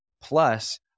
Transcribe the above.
Plus